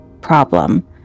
problem